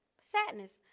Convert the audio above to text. sadness